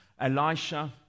Elisha